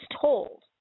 told